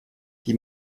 die